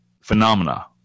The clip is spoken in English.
Phenomena